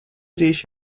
речь